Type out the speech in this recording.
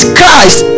christ